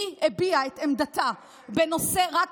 היא הביעה את עמדתה בנושא, היא הביעה את האמת.